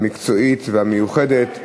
המקצועית והמיוחדת,